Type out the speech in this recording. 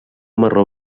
marró